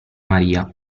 maria